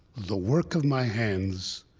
the work of my hands,